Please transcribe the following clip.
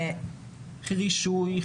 רישוי,